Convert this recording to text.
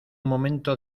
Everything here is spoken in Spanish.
momento